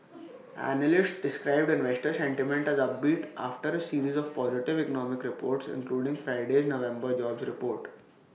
analysts described investor sentiment as upbeat after A series of positive economic reports including Friday's November jobs report